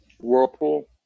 whirlpool